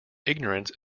ignorance